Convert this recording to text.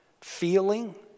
feeling